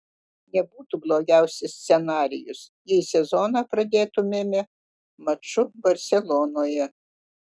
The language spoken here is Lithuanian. nebūtų blogiausias scenarijus jei sezoną pradėtumėme maču barselonoje